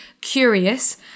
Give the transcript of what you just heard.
curious